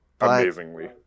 amazingly